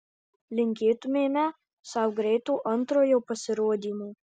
linkėtumėme sau greito antrojo pasirodymo